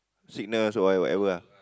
sickness what whatever ah